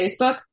Facebook